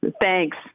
Thanks